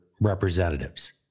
representatives